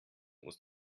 musst